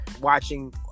watching